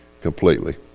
completely